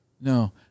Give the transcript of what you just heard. No